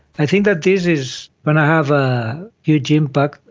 i think that this is going to have a huge impact,